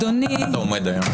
אדוני,